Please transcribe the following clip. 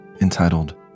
entitled